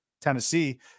Tennessee